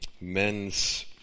men's